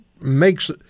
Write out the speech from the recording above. makes